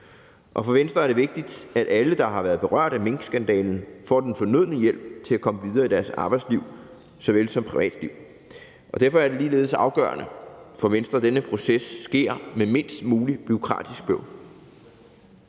Og for Venstre er det vigtigt, at alle, der har været berørt af minkskandalen, får den fornødne hjælp til at komme videre i deres arbejdsliv såvel som privatliv. Derfor er det ligeledes afgørende for Venstre, at denne proces sker med mindst muligt bureaukratisk bøvl.